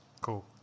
Cool